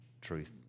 truth